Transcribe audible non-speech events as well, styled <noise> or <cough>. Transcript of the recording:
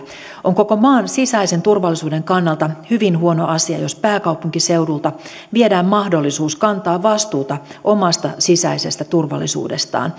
on koko maan sisäisen turvallisuuden kannalta hyvin huono asia jos pääkaupunkiseudulta viedään mahdollisuus kantaa vastuuta omasta sisäisestä turvallisuudestaan <unintelligible>